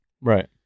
Right